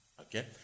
okay